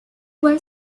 were